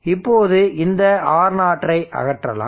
இப்போது இந்த R0 ஐ அகற்றலாம்